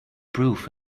proof